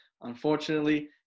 Unfortunately